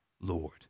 Lord